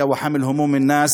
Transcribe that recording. לענייני